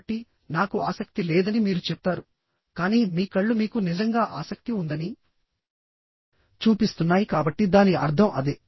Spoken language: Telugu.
కాబట్టి నాకు ఆసక్తి లేదని మీరు చెప్తారు కానీ మీ కళ్ళు మీకు నిజంగా ఆసక్తి ఉందని చూపిస్తున్నాయి కాబట్టి దాని అర్థం అదే